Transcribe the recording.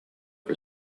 for